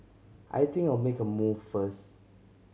I think I'll make a move first